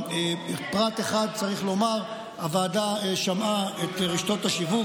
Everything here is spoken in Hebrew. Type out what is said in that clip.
פרט אחד צריך לומר: הוועדה שמעה את רשתות השיווק,